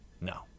No